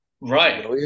Right